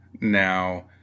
Now